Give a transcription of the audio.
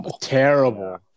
Terrible